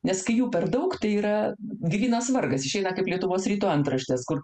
nes kai jų per daug tai yra grynas vargas išeina kaip lietuvos ryto antraštės kur